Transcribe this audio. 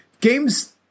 games